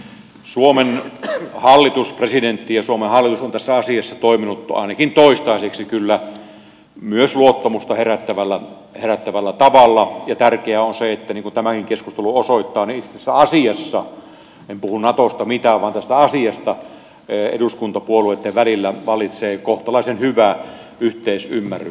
suomen presidentti ja suomen hallitus ovat tässä asiassa toimineet ainakin toistaiseksi kyllä myös luottamusta herättävällä tavalla ja tärkeää on se niin kuin tämäkin keskustelu osoittaa että itse tässä asiassa en puhu natosta mitään vaan tästä asiasta eduskuntapuolueitten välillä vallitsee kohtalaisen hyvä yhteisymmärrys